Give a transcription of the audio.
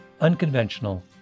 Unconventional